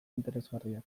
interesgarriak